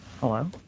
Hello